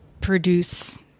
produce